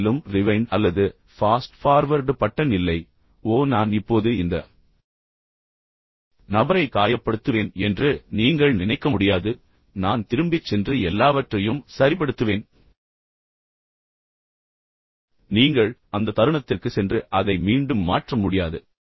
வாழ்க்கையிலும் ரிவைண்ட் அல்லது fast forward button இல்லை ஓ நான் இப்போது இந்த நபரை காயப்படுத்துவேன் என்று நீங்கள் நினைக்க முடியாது ஆனால் நான் திரும்பிச் சென்று எல்லாவற்றையும் சரிபடுத்துவேன் நீங்கள் அந்த தருணத்திற்குச் சென்று அதை மீண்டும் மாற்ற முடியாது